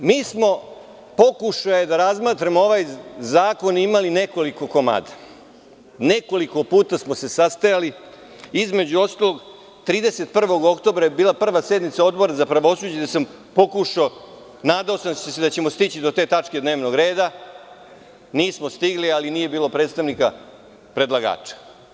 E sada, mi smo pokušali da razmotrimo ovaj zakon i imali nekoliko komada, nekoliko puta smo se sastajali, između ostalog 31. oktobra je bila prva sednica Odbora za pravosuđe, gde sam se nadao da ćemo stići do te tačke dnevnog reda, nismo stigli, ali nije bilo predstavnika predlagača.